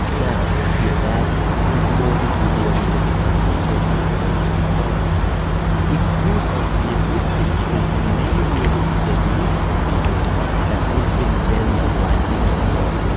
it could be a bad thing, since more people will be able to look at some of your personal information. but it could also be a good thing because you may be able to create links with people that would have been very unlikely before.